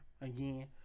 Again